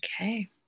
Okay